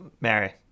Mary